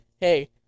hey